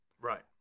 Right